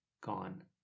gone